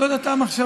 זו הייתה המחשבה.